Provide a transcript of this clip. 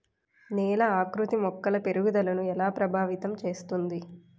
నేల ఆకృతి మొక్కల పెరుగుదలను ఎలా ప్రభావితం చేస్తుంది?